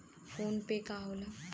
PhonePe का होला?